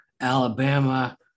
Alabama